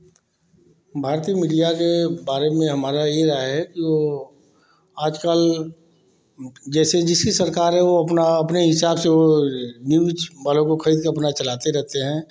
भारतीय मीडिया के बारे में हमारा यह राय है कि वह आज कल जैसे जिसकी सरकार है वह अपना अपने हिसाब से वह न्यूज़ वालों को खरीद कर अपना चलाते रहते हैं